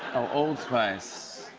old spice.